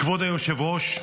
כבוד היושב-ראש,